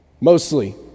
mostly